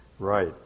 Right